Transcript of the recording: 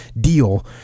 deal